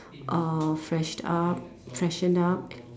uh fresh up freshen up